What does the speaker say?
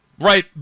Right